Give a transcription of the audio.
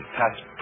past